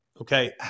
Okay